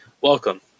Welcome